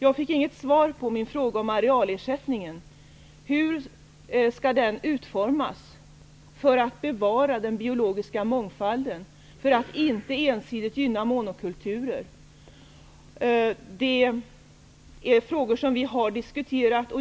Jag fick inte något svar på min fråga om arealersättningen: Hur skall den utformas så att den biologiska mångfalden bevaras och monokulturer inte ensidigt gynnas? Det är en fråga som vi har diskuterat.